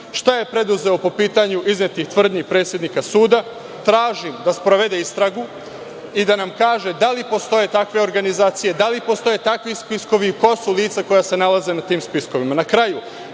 šta je preduzeo po pitanju iznetih tvrdnji predsednika suda? Tražim da sprovede istragu i da nam kaže da li postoje takve organizacije, da li postoje takvi spiskovi i ko su lica koja se nalaze na tim spiskovima? Na